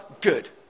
Good